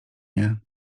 nie